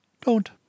Don't